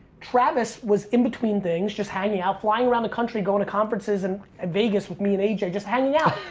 travis was in between things, just hanging out flying around the country, going to conferences and in vegas with me and aj, and just hanging out.